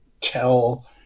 tell